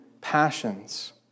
passions